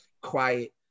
quiet